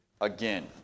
Again